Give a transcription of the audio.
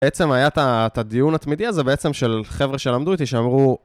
בעצם היה את ה... את הדיון התמידי הזה בעצם של חבר'ה שלמדו איתי שאמרו